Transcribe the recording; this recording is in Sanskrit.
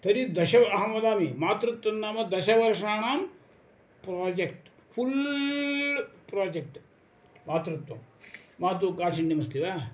तर्हि दश अहं वदामि मातृत्वं नाम दशवर्षाणां प्राजेक्ट् फ़ुल् प्राजेक्ट् मातृत्वं मातुः काठिन्यमस्ति वा